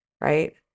right